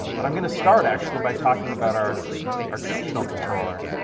but i'm going to start actually by talking about our our traditional controller.